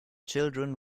children